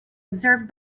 observed